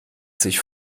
sich